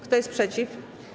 Kto jest przeciw?